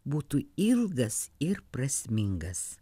būtų ilgas ir prasmingas